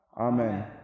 Amen